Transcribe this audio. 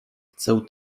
chcę